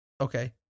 okay